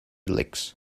licks